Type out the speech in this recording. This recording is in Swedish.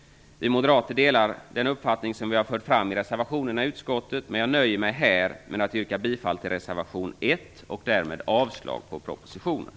Vi moderater har fört fram vår uppfattning i reservationerna, men jag nöjer mig här med att yrka bifall till reservation 1, och därmed avslag på propositionen.